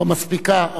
לא מספיקה,